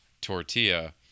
Tortilla